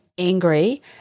angry